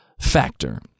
factor